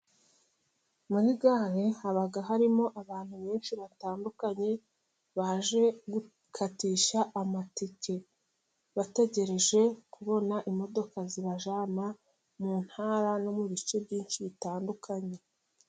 Muri gare haba harimo abantu benshi batandukanye baje gukatisha amatike, bategereje kubona imodoka zibajyana mu ntara, no mu bice byinshi bitandukanye.